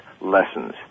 lessons